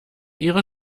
ihre